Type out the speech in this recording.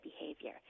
behavior